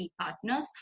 partners